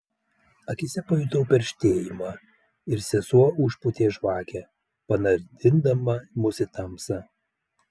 akyse pajutau perštėjimą ir sesuo užpūtė žvakę panardindama mus į tamsą